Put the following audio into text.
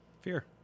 Fear